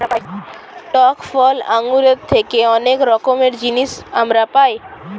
টক ফল আঙ্গুরের থেকে অনেক রকমের জিনিস আমরা পাই